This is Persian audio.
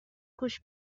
گوش